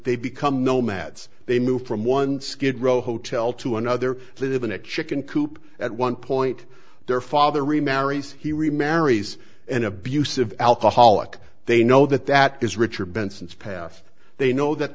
they become nomads they move from one skid row hotel to another live in a chicken coop at one point their father remarries he remarries an abusive alcoholic they know that that is richard benson's paff they know that